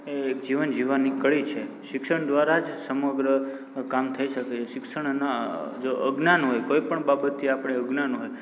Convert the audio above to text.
એ એક જીવન જીવવાની કડી છે શિક્ષણ દ્વારા જ સમગ્ર કામ થઇ શકે છે શિક્ષણ ન જો અજ્ઞાન હોય કોઇપણ બાબતથી આપણે અજ્ઞાન હોય